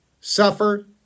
suffer